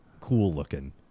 cool-looking